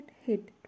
hit